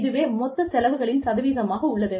இதுவே மொத்த செலவுகளின் சதவீதமாக உள்ளது